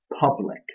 public